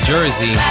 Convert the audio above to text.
Jersey